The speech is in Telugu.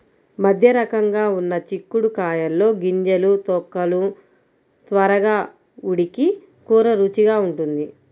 మధ్యరకంగా ఉన్న చిక్కుడు కాయల్లో గింజలు, తొక్కలు త్వరగా ఉడికి కూర రుచిగా ఉంటుంది